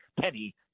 Penny